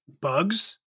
bugs